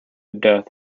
death